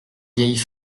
vieilles